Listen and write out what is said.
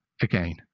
again